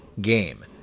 game